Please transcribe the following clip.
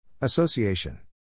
Association